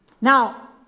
Now